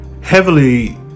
heavily